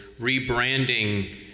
rebranding